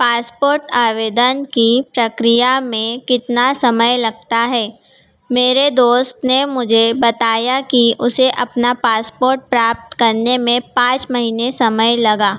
passport आवेदन की प्रक्रिया में कितना समय लगता है मेरे दोस्त ने मुझे बताया कि उसे अपना पासपोर्ट प्राप्त करने में पाँच महीने समय लगा